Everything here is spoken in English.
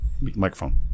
microphone